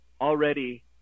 already